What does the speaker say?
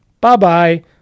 Bye-bye